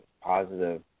positive